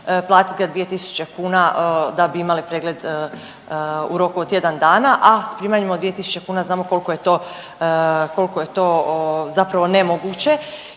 platit ga 2 tisuće kuna da bi imali pregled u roku od tjedan dana, a s primanjima od 2 tisuće kuna, znamo koliko je to, koliko je